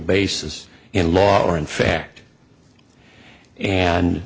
basis in law or in fact and